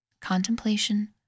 contemplation